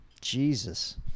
Jesus